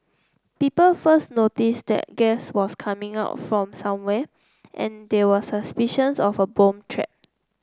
people first noticed that gas was coming out from somewhere and there were suspicions of a bomb threat